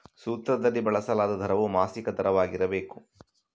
ಸೂತ್ರದಲ್ಲಿ ಬಳಸಲಾದ ದರವು ಮಾಸಿಕ ದರವಾಗಿರಬೇಕು